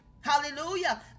Hallelujah